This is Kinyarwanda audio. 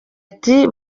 ati